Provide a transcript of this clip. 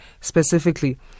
specifically